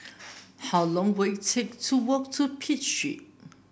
how long will it take to walk to Pitt Street